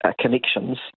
connections